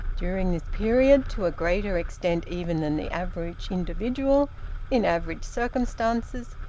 during this period, to a greater extent even than the average individual in average circumstances,